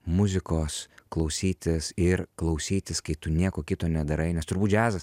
muzikos klausytis ir klausytis kai tu nieko kito nedarai nes turbūt džiazas